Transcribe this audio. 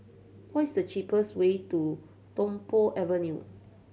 what is the cheapest way to Tung Po Avenue